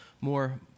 more